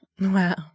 Wow